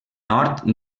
hort